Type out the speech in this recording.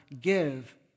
give